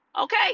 Okay